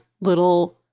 little